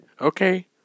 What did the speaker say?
okay